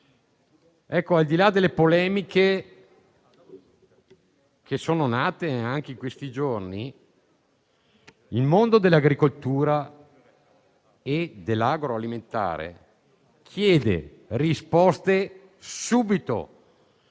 Al di là delle polemiche che sono nate anche in questi giorni, il mondo dell'agricoltura e dell'agroalimentare chiede risposte subito.